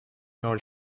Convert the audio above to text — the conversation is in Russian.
роль